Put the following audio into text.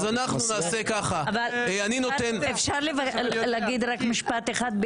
אפשר לומר משפט אחד?